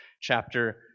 chapter